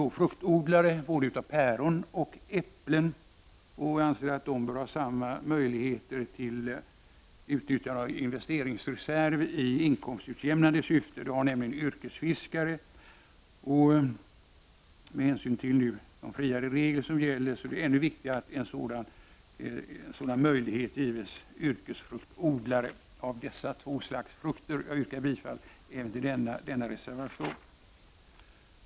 Vi anser att odlare av päron och äpplen bör ha möjlighet att utnyttja investeringsreserv i inkomstutjämnande syfte. Yrkesfiskare har nämligen denna rätt. Med hänsyn till de friare regler som nu gäller är det så mycket viktigare att en sådan här möjlighet ges yrkesfruktodlare när det gäller dessa två frukter. Jag yrkar bifall till reservation 26.